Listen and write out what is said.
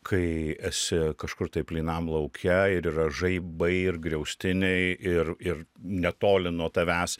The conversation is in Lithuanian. kai esi kažkur tai plynam lauke ir yra žaibai ir griaustiniai ir ir netoli nuo tavęs